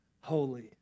holy